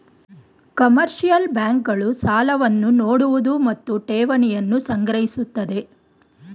commercial bank ಗಳು ಸಾಲವನ್ನು ನೋಡುವುದು ಮತ್ತು ಠೇವಣಿಯನ್ನು ಸಂಗ್ರಹಿಸುತ್ತದೆ